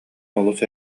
олус